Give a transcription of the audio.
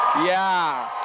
yeah!